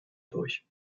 durch